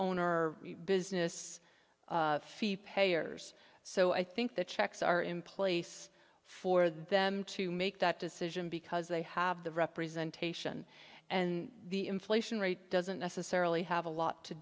owner business fee payers so i think the checks are in place for them to make that decision because they have the representation and the inflation rate doesn't necessarily have a lot to